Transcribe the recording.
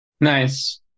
Nice